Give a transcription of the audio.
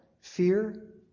Fear